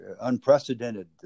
Unprecedented